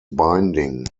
binding